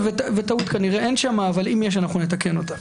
טעות אין שם, כנראה, אבל אם יש אנחנו נתקן אותה.